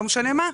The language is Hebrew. לא משנה מה,